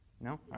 No